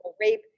rape